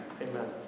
Amen